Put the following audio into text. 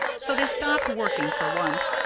so they stopped working, for once,